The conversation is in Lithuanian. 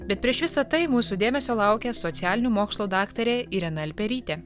bet prieš visa tai mūsų dėmesio laukia socialinių mokslų daktarė irena alperytė